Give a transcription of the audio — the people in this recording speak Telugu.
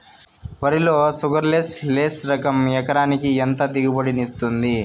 వరి లో షుగర్లెస్ లెస్ రకం ఎకరాకి ఎంత దిగుబడినిస్తుంది